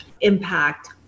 impact